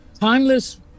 timeless